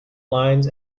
lines